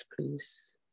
please